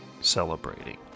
celebrating